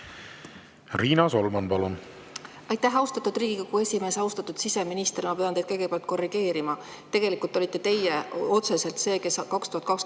Riina Solman, palun! Aitäh, austatud Riigikogu esimees! Austatud siseminister! Ma pean teid kõigepealt korrigeerima: tegelikult olite teie otseselt see, kes 2022